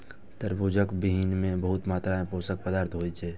तरबूजक बीहनि मे बहुत मात्रा मे पोषक पदार्थ होइ छै